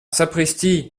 sapristi